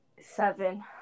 seven